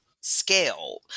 scale